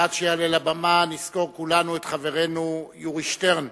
ועד שיעלה לבמה, נזכור כולנו את חברנו יורי שטרן,